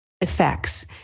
effects